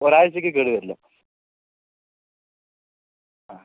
ഒരാഴ്ചയ്ക്ക് കേടുവരില്ല ആ